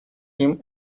him